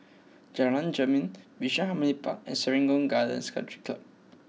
Jalan Jermin Bishan Harmony Park and Serangoon Gardens Country Club